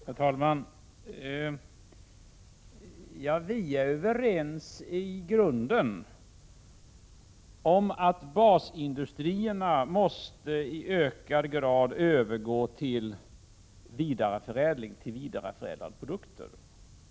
Herr talman! Ja, vi är i grunden överens om att basindustrierna i ökad grad måste övergå till vidareförädlade produkter.